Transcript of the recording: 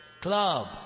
club